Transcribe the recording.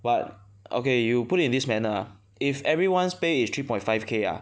but okay you put it in this manner ah if everyone's pay is three point five K ah